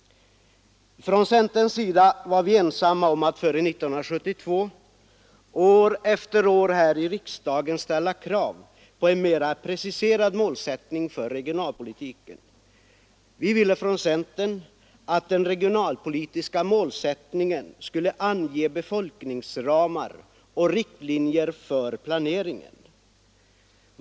Från centerns sida var vi ensamma om att före 1972 år efter år här i riksdagen ställa krav på en mera preciserad målsättning för regionalpolitiken. Vi ville inom centern att den regionalpolitiska målsättningen skulle ange befolkningsramar och riktlinjer för planeringen.